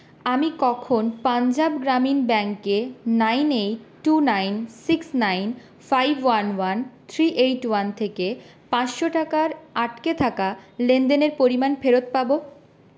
আমি কখন পঞ্জাব গ্রামীণ ব্যাঙ্ক এ nine eight two nine six nine five one one three eight one থেকে পাঁচশো টাকার আটকে থাকা লেনদেনের পরিমাণ ফেরত পাব